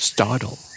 Startle